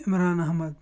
Imran Ahmad